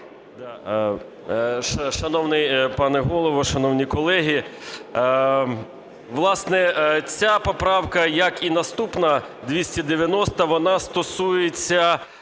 Шановний пане Голово, шановні колеги, власне, ця поправка, як і наступна 290-а, вона стосується